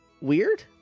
Weird